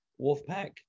wolfpack